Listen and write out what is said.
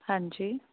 ਹਾਂਜੀ